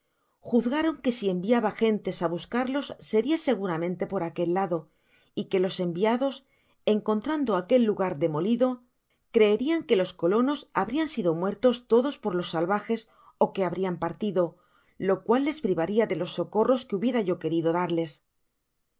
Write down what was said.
juzgaron que si enviaba gentes á buscarles seria seguramente por aquel lado y que los enviados encontrando aquel lugar demolido creerian que los colonos habrian sido muertos todos por los salvajes ó que habrian partido lo cual les privaria de los socorros que hubiera yo querido darles